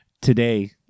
today